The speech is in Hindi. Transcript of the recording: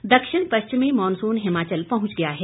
मॉनसून दक्षिण पश्चिमी मॉनसून हिमाचल पहुंच गया है